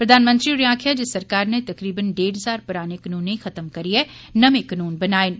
प्रधानमंत्री होरें आक्खेआ जे सरकार नै तकरीबन डेढ़ हजार पराने कानूनें गी खतम करियै नमें कानून बनाये न